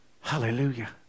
Hallelujah